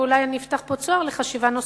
ואולי אני אפתח פה צוהר לחשיבה נוספת,